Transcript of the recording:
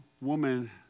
woman